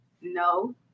no